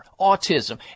autism